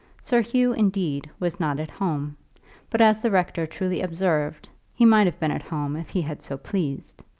sir hugh, indeed, was not at home but, as the rector truly observed, he might have been at home if he had so pleased.